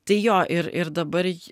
tai jo ir ir dabar